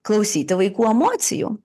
klausyti vaikų emocijų